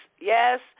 yes